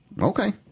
Okay